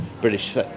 British